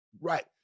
Right